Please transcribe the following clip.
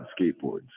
skateboards